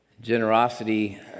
Generosity